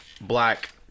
black